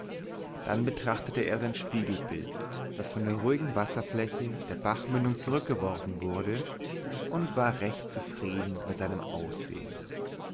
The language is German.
dann betrachtete er sein spiegelbild das von der ruhigen wasserfläche der bachmündung zurückgeworfen wurde und war recht zufrieden mit seinem